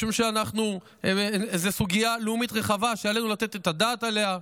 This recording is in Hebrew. משום שזו סוגיה לאומית רחבה שעלינו לתת את הדעת עליה,